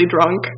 drunk